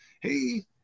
hey